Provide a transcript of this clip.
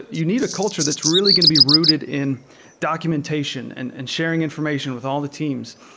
you need a culture that's really good to be rooted in documentation and and sharing information with all the teams,